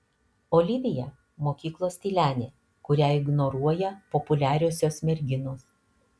olivija mokyklos tylenė kurią ignoruoja populiariosios merginos